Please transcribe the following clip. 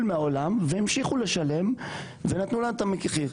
מהעולם והמשיכו לשלם ונתנו לנו את המחיר,